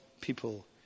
people